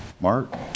Mark